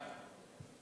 אדוני.